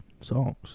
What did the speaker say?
songs